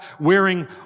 wearing